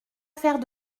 faire